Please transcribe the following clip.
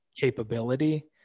capability